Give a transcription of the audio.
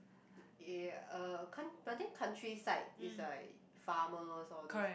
ya uh cun~ but I think countryside is like farmers all these